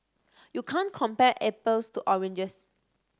you can't compare apples to oranges